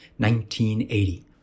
1980